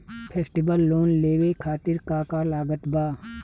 Festival loan लेवे खातिर का का लागत बा?